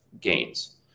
gains